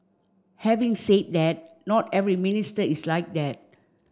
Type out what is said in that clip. having said that not every minister is like that